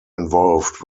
involved